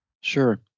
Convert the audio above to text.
Sure